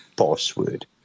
password